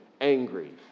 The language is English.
angry